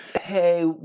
Hey